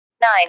Nine